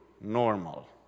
normal